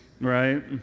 Right